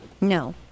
No